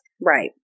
Right